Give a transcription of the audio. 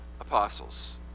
Apostles